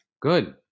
Good